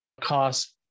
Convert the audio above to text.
cost